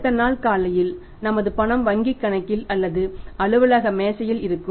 அடுத்த நாள் காலையில் நமது பணம் வங்கிக் கணக்கில் அல்லது அலுவலக மேசையில் இருக்கும்